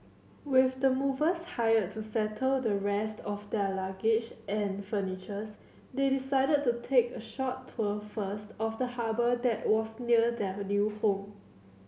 with the movers hired to settle the rest of their luggage and furnitures they decided to take a short tour first of the harbour that was near their new home